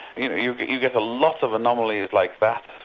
you know you get you get a lot of anomalies like that.